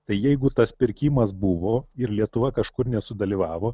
tai jeigu tas pirkimas buvo ir lietuva kažkur nesudalyvavo